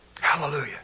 Hallelujah